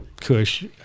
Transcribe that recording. kush